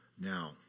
Now